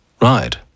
right